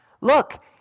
Look